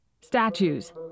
Statues